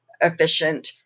efficient